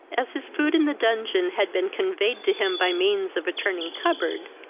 as his food in the dungeon had been conveyed to him by means of a turning cupboard,